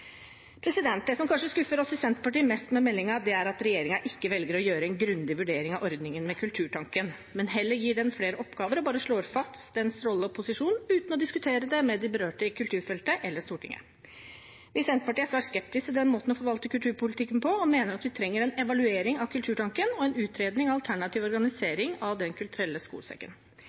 Det som kanskje skuffer oss i Senterpartiet mest med meldingen, er at regjeringen ikke velger å gjøre en grundig vurdering av ordningen med Kulturtanken, men heller gir den flere oppgaver og bare slår fast dens rolle og posisjon uten å diskutere det med de berørte i kulturfeltet eller Stortinget. Vi i Senterpartiet er svært skeptisk til den måten å forvalte kulturpolitikken på og mener at vi trenger en evaluering av Kulturtanken og en utredning av alternativ organisering av Den kulturelle skolesekken.